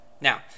Now